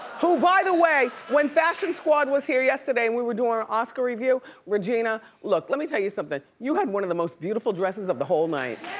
who, by the way, when fashion squad was here yesterday and we were doin' our oscar review, regina, look, let me tell you somethin', you had one of the most beautiful dresses of the whole night.